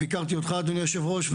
ביקרתי אותך אדוני היושב ראש.